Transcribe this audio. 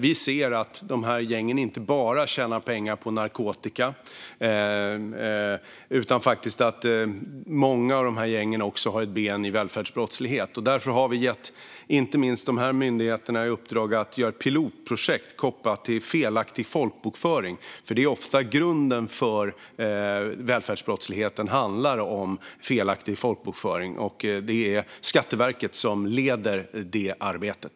Vi ser att dessa gäng inte bara tjänar pengar på narkotika utan att många av gängen också har ett ben i välfärdsbrottslighet. Därför har vi gett de här myndigheterna i uppdrag att göra ett pilotprojekt kopplat till felaktig folkbokföring, för grunden för välfärdsbrottslighet är ofta felaktig folkbokföring. Det är Skatteverket som leder det arbetet.